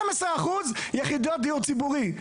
12% יחידות דיור ציבורי.